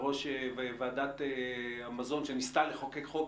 בראש ועדת המזון שניסתה לחוקק חוק,